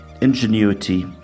ingenuity